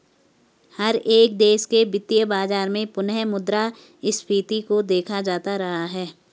हर एक देश के वित्तीय बाजार में पुनः मुद्रा स्फीती को देखा जाता रहा है